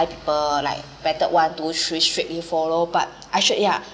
like people like method one two three strictly follow but I should yeah